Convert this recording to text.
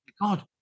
god